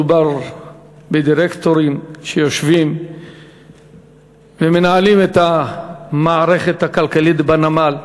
מדובר בדירקטורים שיושבים ומנהלים את המערכת הכלכלית בנמל.